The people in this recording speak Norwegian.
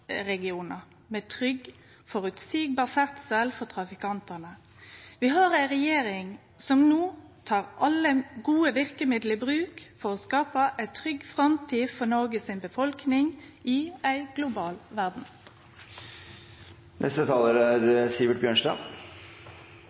arbeidsregionar med trygg, føreseieleg ferdsel for trafikantane. Vi har ei regjering som no tek alle gode verkemiddel i bruk for å skape ei trygg framtid for Noreg si befolkning i ei global